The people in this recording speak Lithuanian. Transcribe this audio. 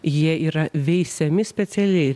jie yra veisiami specialiai